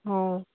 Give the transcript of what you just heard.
ਹਾਂ